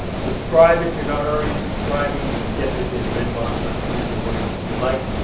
subscribe if you're not already subscribing! you can get this in your inbox on tuesday mornings if you like!